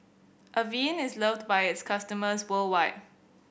Avene is loved by its customers worldwide